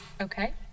Okay